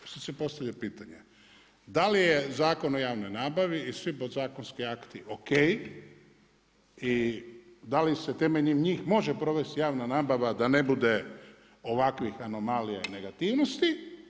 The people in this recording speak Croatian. Sad se postavlja čitanje da li je Zakon o javnoj nabavi i svi podzakonski akti o.k. i da li se temeljem njih može provesti javna nabava da ne bude ovakvih anomalija i negativnosti.